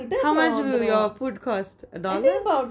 how much will your food cost a dollar